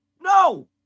No